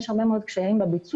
יש הרבה מאוד קשיים בביצוע,